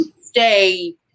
stay